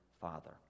Father